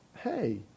hey